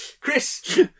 Chris